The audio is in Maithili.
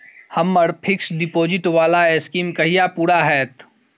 हम्मर फिक्स्ड डिपोजिट वला स्कीम कहिया पूरा हैत?